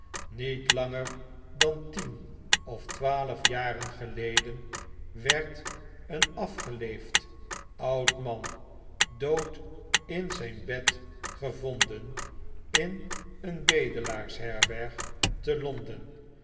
niet langer dan tien of twaalf jaren geleden werd een afgeleefd oud man dood in zijn bed gevonden in een bedelaarsherberg te londen